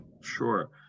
Sure